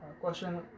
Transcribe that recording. question